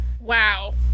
wow